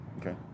Okay